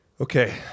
Okay